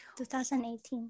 2018